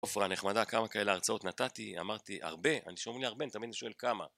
עופרה הנחמדה, כמה כאלה הרצאות נתתי? אמרת לי הרבה? אני שאומרים לי הרבה, אני תמיד שואל כמה.